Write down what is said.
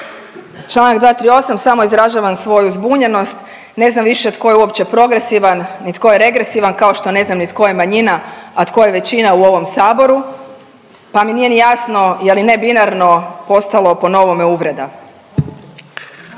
Čl. 238. samo izražavam svoju zbunjenost, ne znam više tko je uopće progresivan, ni tko je regresivan kao što ne znam ni tko je manjina, a tko je većina u ovom Saboru, pa mi nije jasno je li nebinarno postalo po novome uvreda?